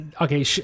okay